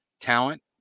talent